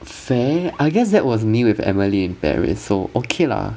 fair I guess that was me with emily in paris so okay lah